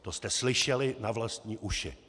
To jste slyšeli na vlastní uši.